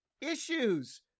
issues